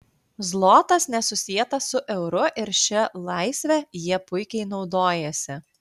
zlotas nesusietas su euru ir šia laisve jie puikiai naudojasi